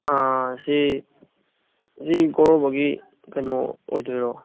ꯁꯤ ꯑꯁꯤ ꯒꯣꯔꯣꯕꯒꯤ ꯀꯩꯅꯣ ꯑꯣꯏꯗꯣꯏꯔꯣ